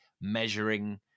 measuring